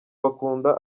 bakunda